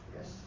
Yes